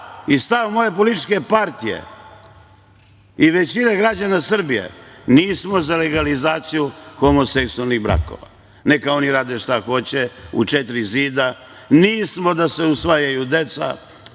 i stav moje političke partije i većine građana Srbije, nismo za legalizaciju homoseksualnih brakova, neka oni rade šta hoće u četiri zida, nismo da se usvajaju deca,